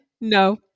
No